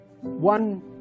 One